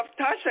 Tasha